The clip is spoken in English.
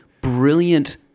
brilliant